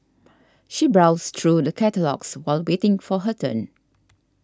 she browsed through the catalogues while waiting for her turn